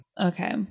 Okay